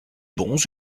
bons